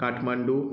Kathmandu